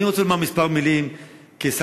מזל טוב.